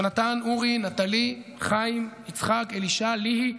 יונתן, אורי, נטלי, חיים, יצחק, אלישע, ליהי,